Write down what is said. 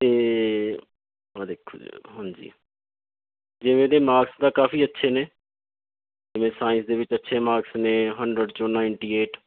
ਅਤੇ ਆਹ ਦੇਖੋ ਹਾਂਜੀ ਜਿਵੇਂ ਇਹਦੇ ਮਾਰਕਸ ਦਾ ਕਾਫੀ ਅੱਛੇ ਨੇ ਜਿਵੇਂ ਸਾਇੰਸ ਦੇ ਵਿੱਚ ਅੱਛੇ ਮਾਰਕਸ ਨੇ ਹੰਡਰਡ 'ਚੋਂ ਨਾਇਨਟੀ ਏਟ